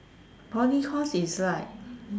poly course is like